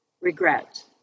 regret